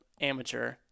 amateur